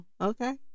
okay